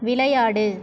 விளையாடு